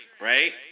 right